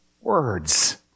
words